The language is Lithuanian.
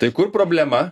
tai kur problema